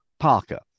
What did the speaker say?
Parker